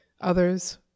others